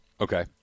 Okay